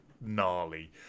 gnarly